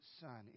son